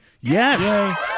Yes